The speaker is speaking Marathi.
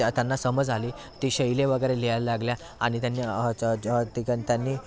त्या त्यांना समज आली ती शैली वगैरे लिहायला लागल्या आणि त्यांनी च ज ते त्यांनी